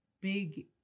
big